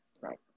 Right